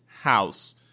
House